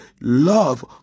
love